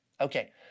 Okay